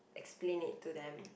explain it to them